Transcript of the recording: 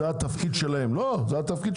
זה התפקיד שלכם.